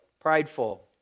Prideful